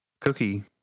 cookie